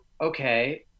okay